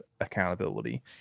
accountability